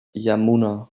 yamuna